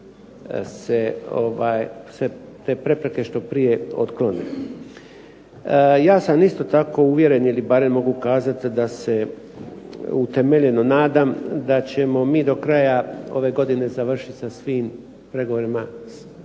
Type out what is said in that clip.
stoje na putu što prije se otklone. Ja sam isto tako uvjeren ili barem mogu kazat da se utemeljeno nadam da ćemo mi do kraja ove godine završit sa svim pregovorima,